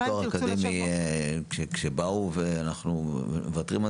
למה כשבאו ויתרנו על